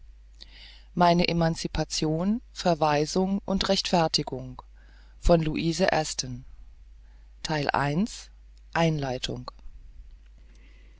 meine emancipation verweisung und rechtfertigung einleitung